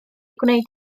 gwneud